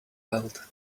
belt